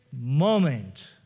moment